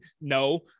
No